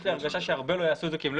יש לי הרגשה שהרבה לא יעשו את זה כי הם לא